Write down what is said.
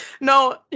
No